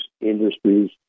industries